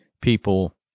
people